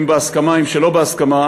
אם בהסכמה אם שלא בהסכמה,